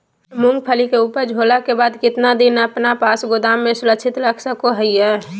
मूंगफली के ऊपज होला के बाद कितना दिन अपना पास गोदाम में सुरक्षित रख सको हीयय?